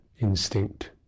instinct